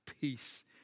peace